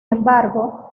embargo